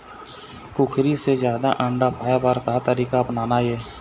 कुकरी से जादा अंडा पाय बर का तरीका अपनाना ये?